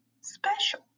special